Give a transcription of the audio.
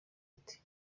ati